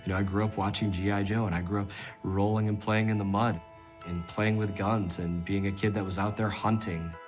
yeah i grew up watching gi joe, and i grew up rolling and playing in the mud and playing with guns and being a kid that was out there hunting.